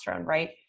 right